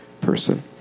person